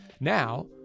Now